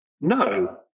No